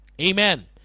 Amen